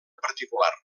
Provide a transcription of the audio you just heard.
particular